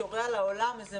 איזו